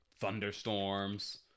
thunderstorms